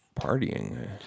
partying